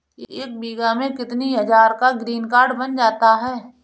एक बीघा में कितनी हज़ार का ग्रीनकार्ड बन जाता है?